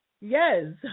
Yes